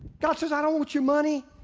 god says, i don't want your money.